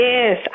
Yes